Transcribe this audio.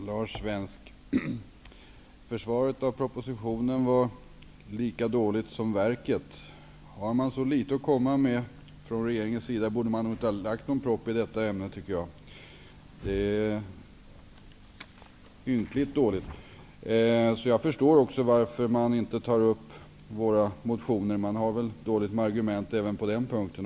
Herr talman! Försvaret av propositionen var lika dåligt som verket. Har man så litet att komma med från regeringens sida borde man inte ha lagt fram en proposition i detta ärende. Det är ynkligt dåligt. Jag förstår att man inte tar upp våra motioner. Man har väl dåliga argument även på de berörda punkterna.